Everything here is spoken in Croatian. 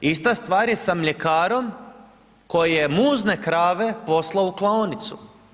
Ista stvar je i sa mljekarom koji je muzne krave poslao u klaonicu.